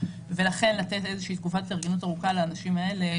ולכן לתת איזושהי תקופת התארגנות ארוכה לאנשים האלה,